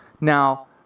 Now